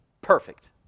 perfect